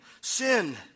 sin